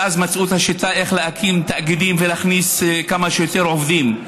ואז מצאו את השיטה איך להקים תאגידים ולהכניס כמה שיותר עובדים.